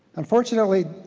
unfortunately,